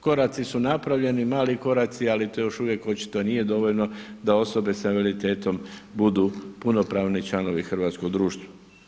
Koraci su napravljeni, mali koraci ali to još uvijek nije dovoljno da osobe sa invaliditetom budu punopravni članovi hrvatskog društva.